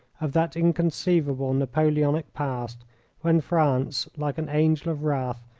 of that inconceivable napoleonic past when france, like an angel of wrath,